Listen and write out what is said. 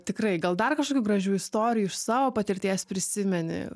tikrai gal dar kažkokių gražių istorijų iš savo patirties prisimeni